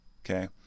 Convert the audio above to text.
okay